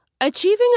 Achieving